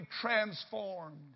transformed